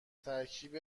ترکیب